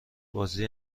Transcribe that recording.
بازی